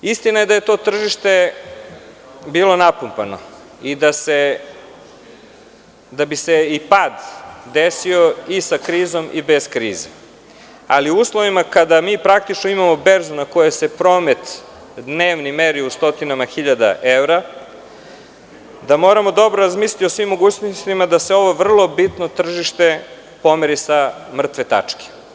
Istina je da je to tržište bilo napumpano i da bi se i pad desio i sa krizom i bez krize, ali u uslovima kada mi imamo berzu na kojoj se dnevni promet meri u stotinama hiljada evra, da moramo dobro razmisliti o svi mogućnostima da se ovo vrlo bitno tržište pomeri sa mrtve tačke.